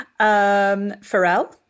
Pharrell